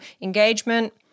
engagement